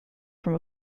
from